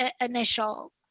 initial